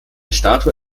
statue